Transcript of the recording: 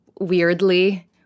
weirdly